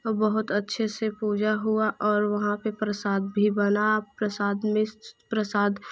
बहुत अच्छे से पूजा हुआ और वहाँ पर प्रसाद भी बना प्रसाद में प्रसाद